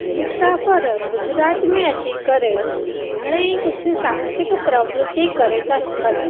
मुसाफ़िर गुजरात में अची करे घणेई कुझु सहसिक प्रवृत्तियूं करे था सघनि